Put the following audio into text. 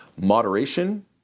Moderation